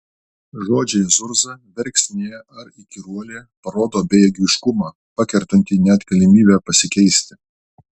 žodžiai zurza verksnė ar įkyruolė parodo bejėgiškumą pakertantį net galimybę pasikeisti